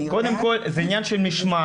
קודם כל זה עניין של משמעת,